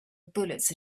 bullets